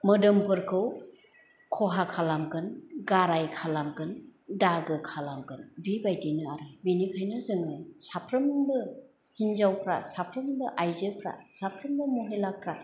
मोदोमफोरखौ खहा खालामगोन गाराय खालामगोन दागो खालामगोन बिबायदियैनो आरो बिनिखायनो जोङो साफ्रोमबो हिन्जावफ्रा साफ्रोमबो आयजोफ्रा साफ्रोमबो महेलाफ्रा